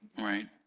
right